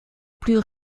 plus